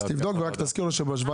אבל אם יזמים לא נכנסים לפרויקטים